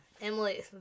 Emily